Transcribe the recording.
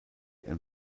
and